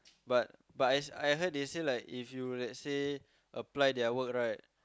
but but I I heard they say like if you like say apply their work right